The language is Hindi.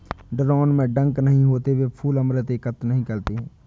ड्रोन में डंक नहीं होते हैं, वे फूल अमृत एकत्र नहीं करते हैं